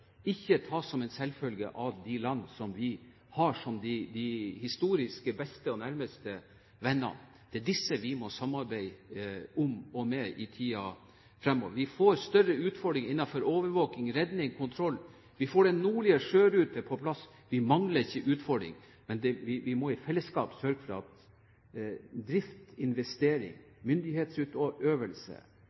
ikke tas som en selvfølge av de land som vi historisk har som de beste og nærmeste vennene. Det er disse vi må samarbeide med i tiden fremover. Vi får større utfordringer innenfor overvåking, redning og kontroll. Vi får den nordlige sjøruten på plass. Vi mangler ikke utfordringer. Men vi må i fellesskap sørge for at drift, investering, myndighetsutøvelse, overvåking og